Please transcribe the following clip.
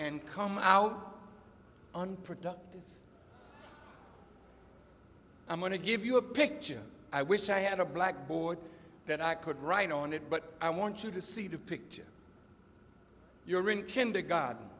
and come out unproductive i'm going to give you a picture i wish i had a blackboard that i could write on it but i want you to see the picture you're in kindergarten